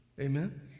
Amen